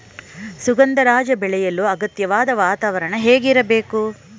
ಸುಗಂಧರಾಜ ಬೆಳೆಯಲು ಅಗತ್ಯವಾದ ವಾತಾವರಣ ಹೇಗಿರಬೇಕು?